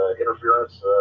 interference